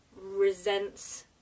resents